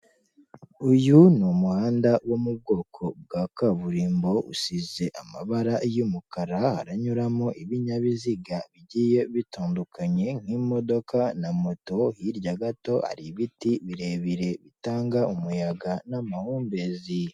Uyu ni umuhanda wo mu bwoko bwa kaburimbo, usize amabara y'umukara, haranyuramo ibinyabiziga bigiye bitandukanye nk'imodoka na moto, hirya gato hari ibiti birebire bitanga umuyaga n'amahumbezi.